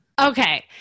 Okay